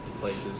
places